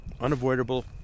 unavoidable